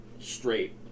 straight